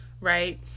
right